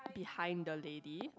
behind the lady